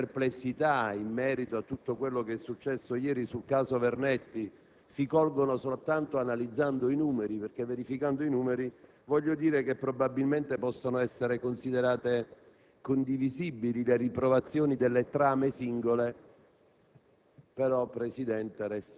Quindi, fermo restando che le perplessità in merito a quanto è successo ieri sul caso Vernetti si colgono soltanto analizzando i numeri, perché dalla loro verifica probabilmente possono essere considerate condivisibili le riprovazioni delle trame singole,